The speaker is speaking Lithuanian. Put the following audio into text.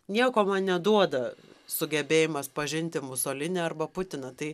nieko man neduoda sugebėjimas pažinti musolinį arba putiną tai